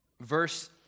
verse